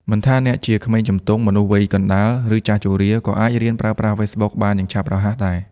មិនថាអ្នកជាក្មេងជំទង់ មនុស្សវ័យកណ្តាល ឬចាស់ជរា ក៏អាចរៀនប្រើប្រាស់ Facebook បានយ៉ាងឆាប់រហ័សដែរ។